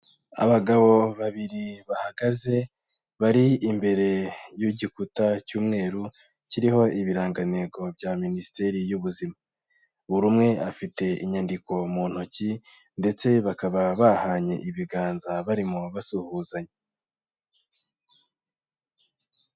Abagabo babiri bahagaze, bari imbere y'igikuta cy'umweru kiriho ibirangantego bya Minisiteri y'ubuzima. Buri umwe afite inyandiko mu ntoki ndetse bakaba bahanye ibiganza barimo basuhuzanya.